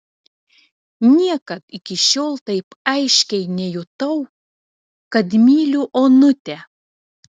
niekad iki šiol taip aiškiai nejutau kad myliu onutę